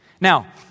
Now